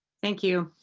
thank you.